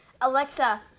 Alexa